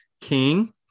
king